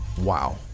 Wow